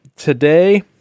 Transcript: Today